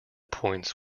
points